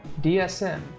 DSM